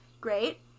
great